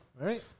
right